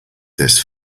this